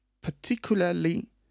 particularly